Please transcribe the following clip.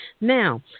Now